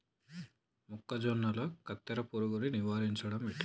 మొక్కజొన్నల కత్తెర పురుగుని నివారించడం ఎట్లా?